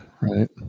right